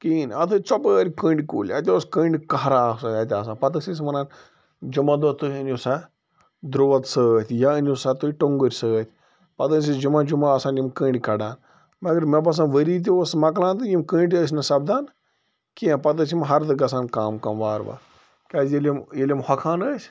کِہیٖنۍ نہٕ اَتھ ٲسۍ ژۄپٲرۍ کٔنٛڈۍ کُلۍ اَتہِ اوس کٔنٛڈۍ قٔہرا اوس اَتہِ آسان پَتہٕ ٲسۍ أسۍ وَنان جمعہ دۄہ تُہۍ أنِو سا درٛوت سۭتۍ یا أنِو سا تُہۍ ٹۄنٛگٕرۍ سۭتۍ پَتہٕ ٲسۍ أسۍ جمعہ جمعہ آسان یِم کٔنٛڈۍ کَڑان مگر مےٚ باسان ؤری تہِ اوس مۄکلان تہٕ یِم کٔنٛڈۍ ٲسۍ نہٕ سَپدان کیٚنٛہہ پَتہٕ ٲسۍ یِم ہَردٕ گژھان کَم کَم وارٕ وار کیٛازِ ییٚلہِ یِم ییٚلہِ یِم ہۄکھان ٲسۍ